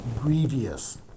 grievous